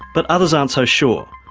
but others aren't so sure.